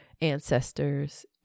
ancestors